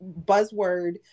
buzzword